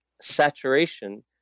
saturation